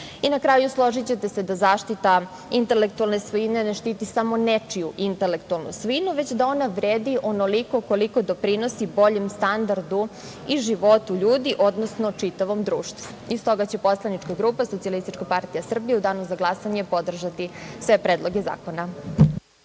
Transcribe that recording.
kraju, složićete se da zaštita intelektualne svojine ne štiti samo nečiju intelektualnu svojinu već da ona vredi onoliko koliko doprinosi boljem standardu i životu ljudi, odnosno čitavom društvu. S toga će poslanička grupa SPS u danu za glasanje podržati sve predloge zakona.